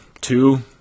two